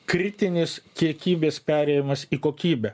kritinės kiekybės perėjimas į kokybę